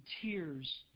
tears